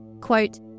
Quote